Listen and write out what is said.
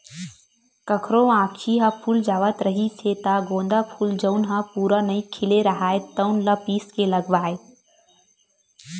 कखरो आँखी ह फूल जावत रिहिस हे त गोंदा फूल जउन ह पूरा नइ खिले राहय तउन ल पीस के लगावय